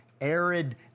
arid